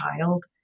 child